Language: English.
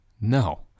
no